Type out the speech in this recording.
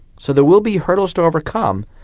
so there will be hurdles to overcome,